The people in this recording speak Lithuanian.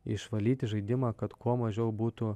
išvalyti žaidimą kad kuo mažiau būtų